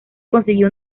consiguió